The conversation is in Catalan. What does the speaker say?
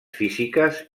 físiques